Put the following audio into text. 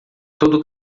todo